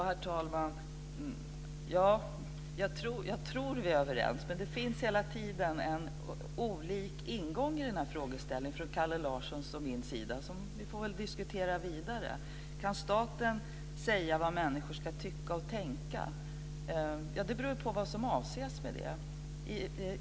Herr talman! Jag tror att vi är överens, men Kalle Larsson och jag har hela tiden olika ingångar till denna frågeställning, som vi får diskutera vidare. Kan staten säga vad människor ska tycka och tänka? Det beror på vad som avses med det.